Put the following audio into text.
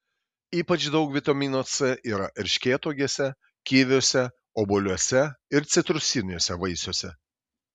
ypač daug vitamino c yra erškėtuogėse kiviuose obuoliuose ir citrusiniuose vaisiuose